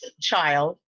child